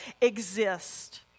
exist